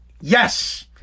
Yes